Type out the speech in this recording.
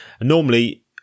Normally